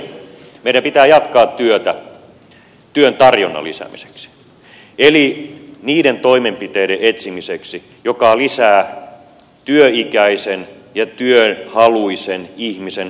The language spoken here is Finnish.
meidän pitää jatkaa työtä työn tarjonnan lisäämiseksi eli niiden toimenpiteiden etsimiseksi jotka lisäävät työikäisen ja työhaluisen ihmisen osallistumista työelämään